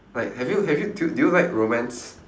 like have you have you do you do you like romance